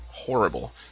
Horrible